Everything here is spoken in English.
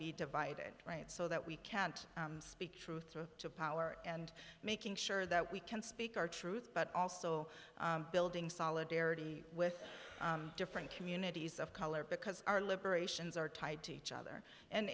be divided right so that we can't speak truth to power and making sure that we can speak our truth but also building solidarity with different communities of color because our liberations are tied to each other and